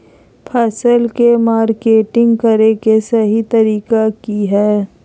फसल के मार्केटिंग करें कि सही तरीका की हय?